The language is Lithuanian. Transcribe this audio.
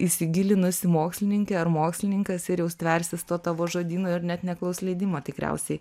įsigilinusi mokslininkė ar mokslininkas ir jau stversis to tavo žodyno ir net neklaus leidimo tikriausiai